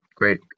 Great